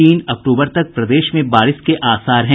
तीन अक्टूबर तक प्रदेश में बारिश के आसार हैं